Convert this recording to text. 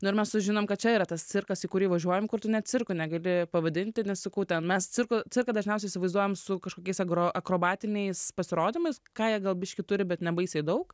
na ir mes sužinom kad čia yra tas cirkas į kurį važiuojam kur tu net cirku negali pavadinti nes sakau ten mes cirko cirką dažniausiai įsivaizduojam su kažkokiais agro akrobatiniais pasirodymais ką jie gal biškį turi bet nebaisiai daug